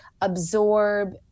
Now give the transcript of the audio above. absorb